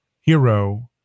hero